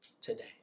today